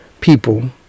people